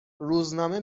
روزنامه